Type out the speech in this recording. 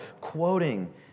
quoting